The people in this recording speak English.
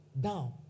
down